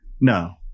No